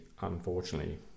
unfortunately